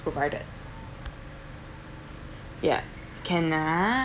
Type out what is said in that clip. provided ya can lah